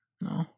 No